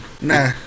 Nah